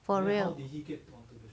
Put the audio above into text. for real